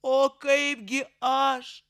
o kaipgi aš